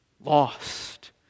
lost